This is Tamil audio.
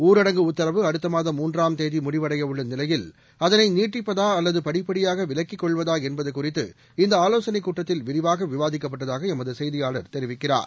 ஊரடங்கு உத்தரவு அடுத்த மாதம் மூன்றாம் தேதி முடிவடைய உள்ள நிலையில் அதனை நீட்டிப்பதா அல்லது படிப்படியாக விலக்கிக் கொள்வதா என்பது குறித்து இந்த ஆலோசனைக் கூட்டத்தில் விரிவாக விவாதிக்கப்பட்டதாக எமது செய்தியாளர் தெரிவிக்கிறார்